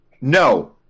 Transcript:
No